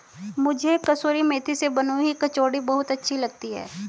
मुझे कसूरी मेथी से बनी हुई कचौड़ी बहुत अच्छी लगती है